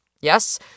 Yes